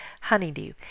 Honeydew